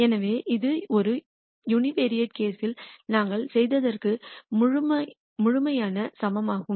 எனவே இது யூனிவெரைட் கேஸ்யில் நாங்கள் செய்ததற்கு முழுமையான சமமாகும்